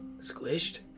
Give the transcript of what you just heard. Squished